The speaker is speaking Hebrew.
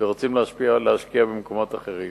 ורוצים להשקיע במקומות אחרים.